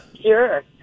Sure